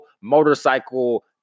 motorcycle